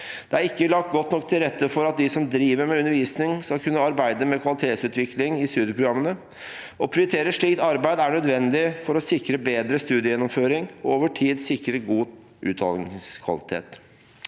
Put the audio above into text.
Det er ikke lagt godt nok til rette for at de som driver med undervisning, skal kunne arbeide med kvalitetsutvikling i studieprogrammene. Å prioritere slikt arbeid er nødvendig for å sikre bedre studiegjennomføring og over tid sikre god utdanningskvalitet.